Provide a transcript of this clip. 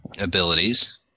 abilities